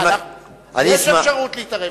יש אפשרות להתערב.